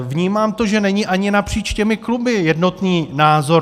Vnímám to, že není ani napříč těmi kluby na to jednotný názor.